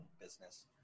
business